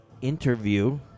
interview